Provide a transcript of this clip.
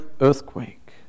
earthquake